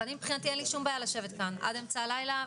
מבחינתי אין לי שום בעיה לשבת כאן עד אמצע הלילה.